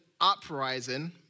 uprising